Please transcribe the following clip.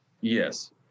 yes